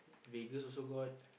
Vegas also got